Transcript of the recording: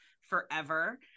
forever